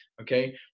Okay